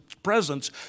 presence